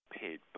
paid